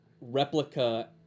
replica